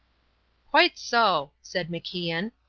quite so, said macian.